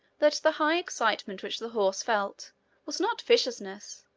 that the high excitement which the horse felt was not viciousness,